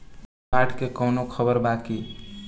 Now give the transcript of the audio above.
बाढ़ के कवनों खबर बा की?